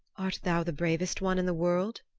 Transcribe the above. art thou the bravest one in the world?